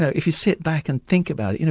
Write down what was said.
so if you sit back and think about it, you know